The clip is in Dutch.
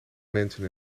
mensen